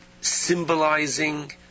symbolizing